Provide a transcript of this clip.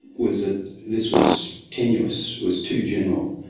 was that this was tenuous, was too general.